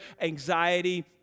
anxiety